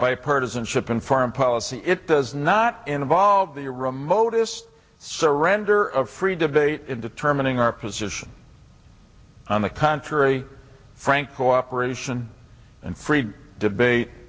bipartisanship in foreign policy it does not involve the remotest surrender of free debate in determining our position on the contrary frank cooperation and free